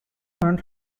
earned